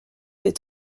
des